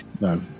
No